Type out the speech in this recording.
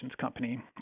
company